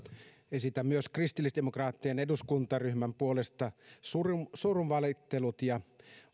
esitän myös kristillisdemokraattien eduskuntaryhmän puolesta surunvalittelut ja